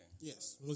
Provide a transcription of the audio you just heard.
Yes